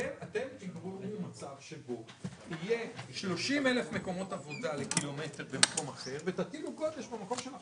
בסוף יש מנגנון פנימי שמאזן את זה.